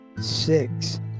six